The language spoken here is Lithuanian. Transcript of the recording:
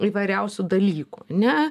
įvairiausių dalykų ane